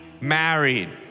married